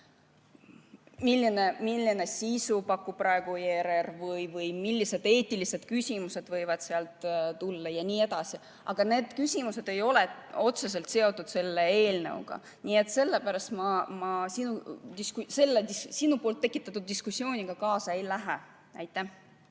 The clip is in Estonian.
millist sisu pakub praegu ERR või millised eetilised küsimused võivad sealt tulla jne. Aga need küsimused ei ole otseselt seotud selle eelnõuga. Sellepärast ma selle sinu tekitatud diskussiooniga kaasa ei lähe. Peeter,